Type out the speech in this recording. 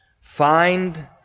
Find